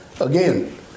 Again